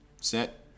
set